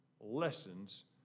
lessons